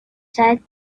said